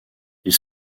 ils